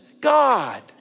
God